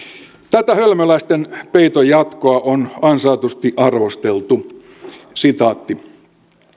tätä hölmöläisten peiton jatkoa on ansaitusti arvosteltu